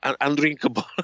undrinkable